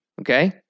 okay